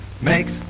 makes